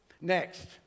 Next